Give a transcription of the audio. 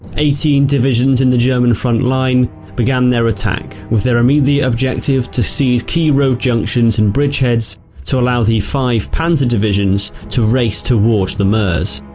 eighteen divisions in the german front line began their attack, with their immediate objective to seize key road junctions and bridge heads to allow the five panzer divisions to race towards the meuse.